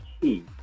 key